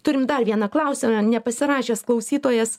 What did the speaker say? turim dar vieną klausimą nepasirašęs klausytojas